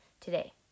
today